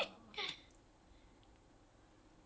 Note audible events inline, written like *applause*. masa tu like my god is sixteen *laughs*